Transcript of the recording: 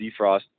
defrost